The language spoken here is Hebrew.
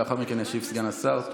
לאחר מכן ישיב סגן השר.